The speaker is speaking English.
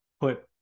put